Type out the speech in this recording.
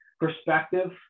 perspective